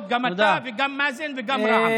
גם רע"מ